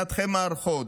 מנתחי מערכות,